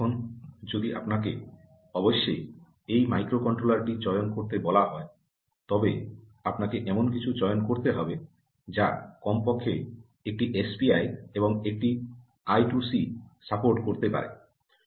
এখন যদি আপনাকে অবশ্যই এই মাইক্রোকন্ট্রোলারটি চয়ন করতে বলা হয় তবে আপনাকে এমন কিছু চয়ন করতে হবে যা কমপক্ষে একটি এসপিআই এবং একটি আই 2 সি সাপোর্ট করতে পারে